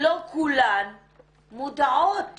לא כולן מודעות